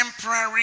temporary